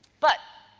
but,